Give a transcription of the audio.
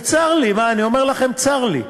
וצר לי, אני אומר לכם, צר לי.